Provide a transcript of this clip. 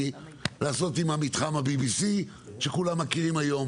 לעשות עם מתחם ה-BBC שכולם מכירים היום,